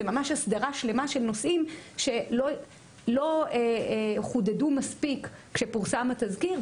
זה ממש הסדרה שלמה של נושאים שלא חודדו מספיק כשפורסם התזכיר.